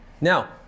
Now